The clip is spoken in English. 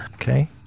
okay